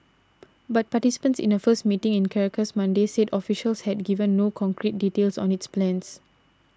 but participants in a first meeting in Caracas Monday said officials had given no concrete details on its plans